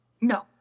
No